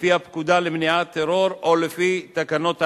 לפי הפקודה למניעת טרור או לפי תקנות ההגנה.